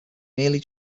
merely